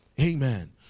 Amen